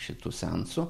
šitų seansų